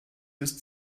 ist